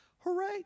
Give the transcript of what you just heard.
Hooray